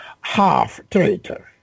half-traitor